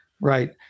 Right